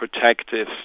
protective